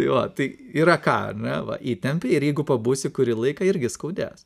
tai va tai yra ką ar ne va įtempi ir jeigu pabūsi kurį laiką irgi skaudės